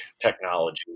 technology